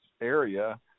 area